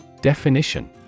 Definition